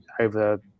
over